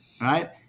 right